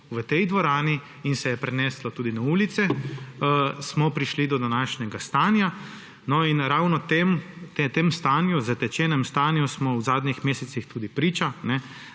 v tej dvorani in se je preneslo tudi na ulice, smo prišli do današnjega stanja. In ravno v tem zatečenem stanju smo v zadnjih mesecih tudi priča,